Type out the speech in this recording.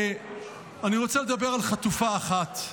אני רוצה לדבר על חטופה אחת,